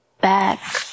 back